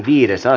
asia